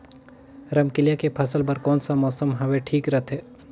रमकेलिया के फसल बार कोन सा मौसम हवे ठीक रथे?